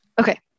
Okay